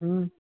हं